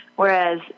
Whereas